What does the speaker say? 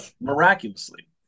miraculously